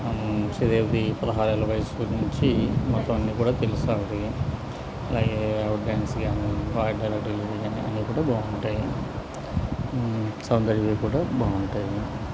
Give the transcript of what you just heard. శ్రీదేవిది పదహారేళ్ళ వయసు నుంచి మొత్తం అన్ని కూడా తెలుసు ఆవిడవి అలాగే ఆవిడ డ్యాన్స్ కానీ వాయిస్ డెలివరీ కానీ అన్ని కూడా బాగుంటాయి సౌందర్యవి కూడా బాగుంటాయి